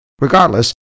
Regardless